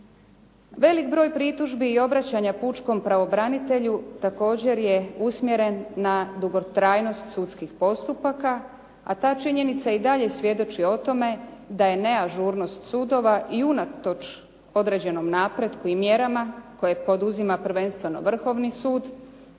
Velik broj pritužbi i obraćanja pučkom pravobranitelju također je usmjeren na dugotrajnost sudskih postupaka, a ta činjenica i dalje svjedoči o tome da je neažurnost sudova i unatoč određenom napretku i mjerama koje poduzima prvenstveno Vrhovni sud